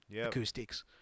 acoustics